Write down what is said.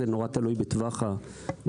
זה נורא תלוי בטווח האזור.